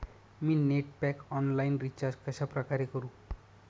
मी net pack online recharge कशाप्रकारे करु?